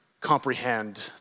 comprehend